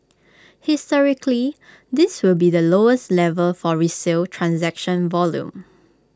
historically this will be the lowest level for resale transaction volume